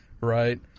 Right